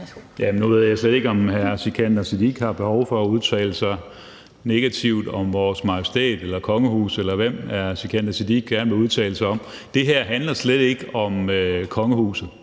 Nu ved jeg slet ikke, om hr. Sikandar Siddique har behov for at udtale sig negativt om vores majestæt eller kongehus, eller hvem hr. Sikandar Siddique gerne vil udtale sig om. Det her handler slet ikke om kongehuset.